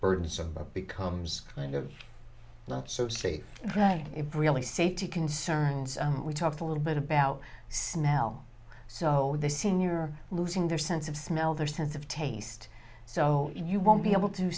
burdensome but becomes kind of not so safe right it really safety concerns we talked a little bit about snell so all the senior losing their sense of smell their sense of taste so you won't be able to